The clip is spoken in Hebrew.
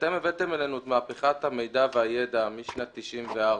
כשאתם הבאתם אלינו את מהפכת המידע והידע משנת 94',